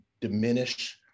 diminish